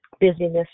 busyness